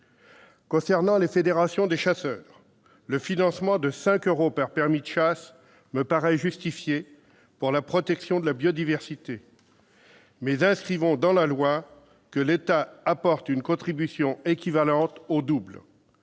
Concernant les fédérations de chasseurs, le financement de 5 euros par permis de chasse pour la protection de la biodiversité me paraît justifié, mais inscrivons dans la loi que l'État apporte une contribution équivalant au double